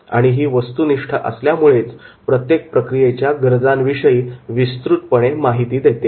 आणि ही वस्तुनिष्ठ असल्यामुळे प्रत्येक प्रक्रियेच्या गरजांविषयी विस्तृतपणे बोलते